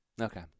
Okay